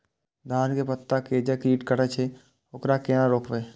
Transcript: धान के पत्ता के जे कीट कटे छे वकरा केना रोकबे?